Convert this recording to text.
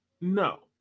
No